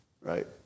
Right